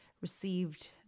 received